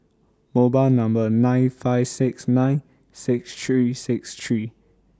mobile Number nine five six nine six three six three